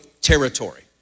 territory